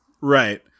Right